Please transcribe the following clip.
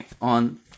on